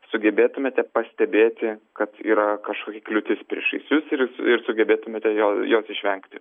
sugebėtumėte pastebėti kad yra kažkokia kliūtis priešais jus ir jūs ir sugebėtumėte jo jos išvengti